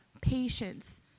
patience